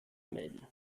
melden